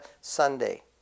Sunday